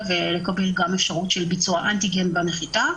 ולתת גם אפשרות של ביצוע בדיקת אנטיגן בנחיתה.